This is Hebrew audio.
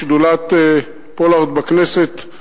שדולת פולארד בכנסת,